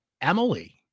Emily